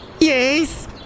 Yes